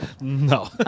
No